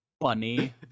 funny